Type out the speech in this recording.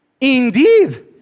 Indeed